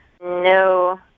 No